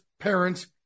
parents